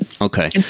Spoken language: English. Okay